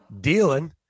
dealing